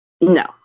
No